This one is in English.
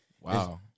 Wow